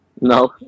No